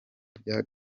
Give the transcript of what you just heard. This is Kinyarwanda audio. byo